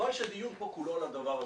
וחבל שהדיון פה כולו על הדבר הזה.